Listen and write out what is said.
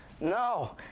No